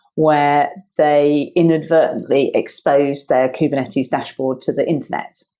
where they inadvertently exposed their kubernetes dashboard to the internet.